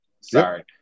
Sorry